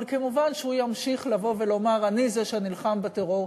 אבל מובן שהוא ימשיך לבוא ולומר: אני זה שנלחם בטרור.